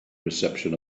reception